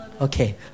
Okay